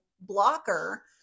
blocker